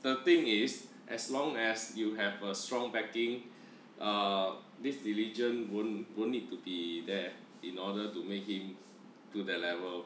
the thing is as long as you have a strong backing err this diligent won't won't need to be there in order to make him to that level